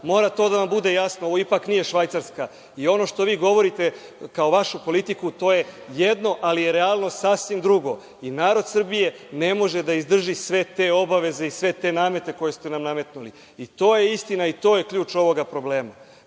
mora da nam bude jasno. Ipak ovo nije Švajcarska. I ono što vi govorite kao vašu politiku, to je jedno, ali je realnost sasvim drugo. I narod Srbije ne može da izdrži sve te obaveze i sve te namete koje ste nam nametnuli. To je istina i to je ključ ovog problema.